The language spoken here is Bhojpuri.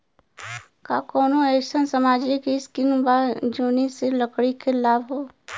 का कौनौ अईसन सामाजिक स्किम बा जौने से लड़की के लाभ हो?